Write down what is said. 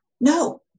No